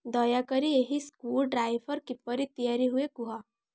ଦୟାକରି ଏକ screwdriver କିପରି ତିଆରି ହୁଏ କୁହ